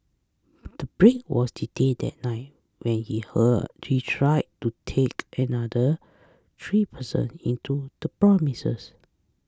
the Brit was detained that night when he hurt he tried to take another three person into the premises